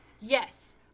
Yes